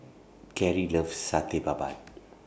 Cari loves Satay Babat